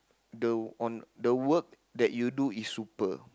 the on the work that you do is super